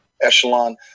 Echelon